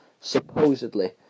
supposedly